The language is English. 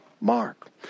Mark